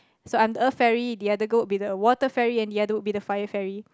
so I'm the earth fairy the other girl would be the water fairy and the other would be the fire fairy